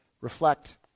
reflect